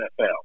NFL